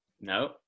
No